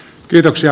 kiitoksia